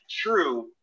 true